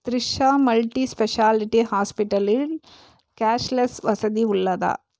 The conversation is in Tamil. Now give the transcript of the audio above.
த்ரிஷா மல்டி ஸ்பெஷாலிட்டி ஹாஸ்பிட்டலில் கேஷ்லெஸ் வசதி உள்ளதா